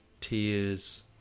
tears